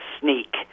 sneak